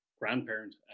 grandparent